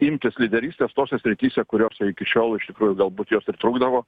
imtis lyderystės tose srityse kuriose iki šiol iš tikrųjų galbūt jos ir trūkdavo